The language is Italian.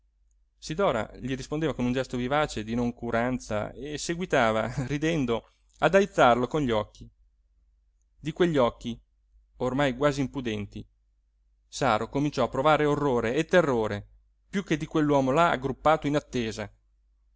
donne sidora gli rispondeva con un gesto vivace di noncuranza e seguitava ridendo ad aizzarlo con gli occhi di quegli occhi ormai quasi impudenti saro cominciò a provare orrore e terrore piú che di quell'uomo là aggruppato in attesa